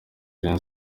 rayon